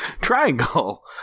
Triangle